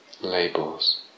labels